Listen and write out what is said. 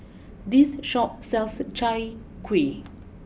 this Shop sells Chai Kuih